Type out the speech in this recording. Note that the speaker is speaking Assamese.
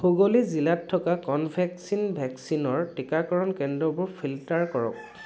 হুগুলি জিলাত থকা কনভেক্সিন ভেকচিনৰ টিকাকৰণ কেন্দ্ৰবোৰ ফিল্টাৰ কৰক